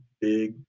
big